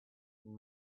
and